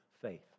faith